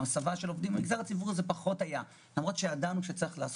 או הסבה של עובדים אלה דברים שפחות היו במגזר הציבורי.